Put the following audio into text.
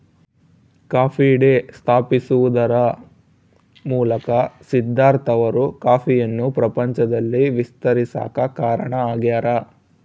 coffee Day ಸ್ಥಾಪಿಸುವದರ ಮೂಲಕ ಸಿದ್ದಾರ್ಥ ಅವರು ಕಾಫಿಯನ್ನು ಪ್ರಪಂಚದಲ್ಲಿ ವಿಸ್ತರಿಸಾಕ ಕಾರಣ ಆಗ್ಯಾರ